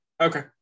okay